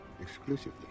Exclusively